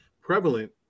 prevalent